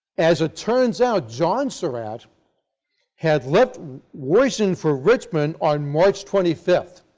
as it turns out john surratt had left washington for richmond on march twenty five.